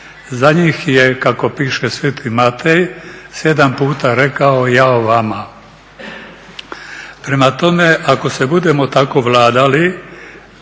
Za njih je kako piše Sveti Matej sedam puta rekao "Jao vama." Prema tome, ako se budemo tako vladali